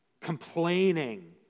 complaining